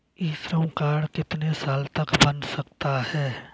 ई Shram card कितने साल तक बन सकता है?